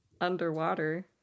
underwater